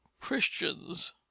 Christians